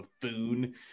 buffoon